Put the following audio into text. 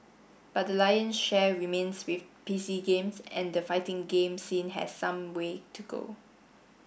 but the lion share remains with P C games and the fighting game scene has some way to go